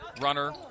runner